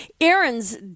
Aaron's